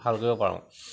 ভাল কৰিব পাৰোঁ